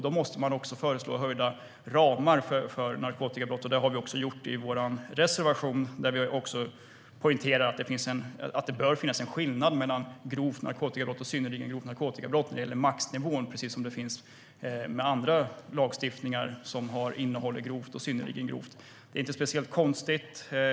Då måste man föreslå utvidgade ramar för narkotikabrott, och det har vi också gjort i vår reservation där vi poängterar att det bör finnas en skillnad mellan grovt narkotikabrott och synnerligen grovt narkotikabrott när det gäller maxnivån, precis som det finns med andra lagstiftningar som innehåller grovt brott och synnerligen grovt brott. Det är inte speciellt konstigt.